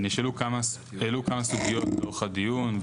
העלו כמה סוגיות לאורך הדיון,